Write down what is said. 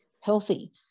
healthy